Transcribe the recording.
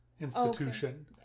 institution